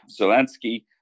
Zelensky